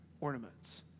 ornaments